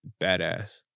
badass